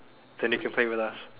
then you can play with us